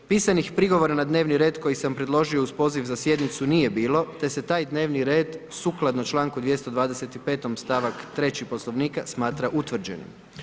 Pisanih prigovora na dnevni red koji sam predložio uz poziv na sjednicu nije bilo te se taj dnevni red, sukladno čl. 225. stavak 3. poslovnika smatra utvrđenim.